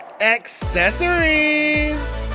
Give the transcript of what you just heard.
Accessories